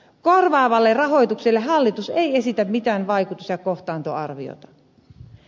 korvaavalle rahoitukselle hallitus ei esitä mitään vaikutus ja kohtaantoarviota